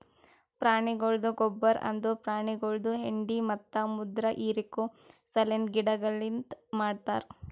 ಪ್ರಾಣಿಗೊಳ್ದ ಗೊಬ್ಬರ್ ಅಂದುರ್ ಪ್ರಾಣಿಗೊಳ್ದು ಹೆಂಡಿ ಮತ್ತ ಮುತ್ರ ಹಿರಿಕೋ ಸಲೆಂದ್ ಗಿಡದಲಿಂತ್ ಮಾಡ್ತಾರ್